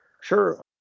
Sure